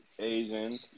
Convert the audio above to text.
Asian